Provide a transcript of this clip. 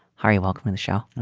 harry, welcome to the show.